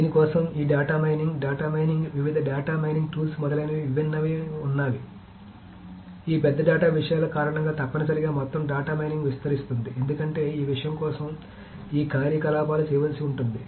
దీని కోసం ఈ డేటా మైనింగ్ డేటా మైనింగ్ వివిధ డేటా మైనింగ్ టూల్స్ మొదలైనవి విభిన్నమైనవి ఉన్నాయి కాబట్టి ఈ పెద్ద డేటా విషయాల కారణంగా తప్పనిసరిగా మొత్తం డేటా మైనింగ్ విస్తరిస్తోంది ఎందుకంటే ఈ విషయం కోసం ఈ కార్యకలాపాలు చేయాల్సి ఉంటుంది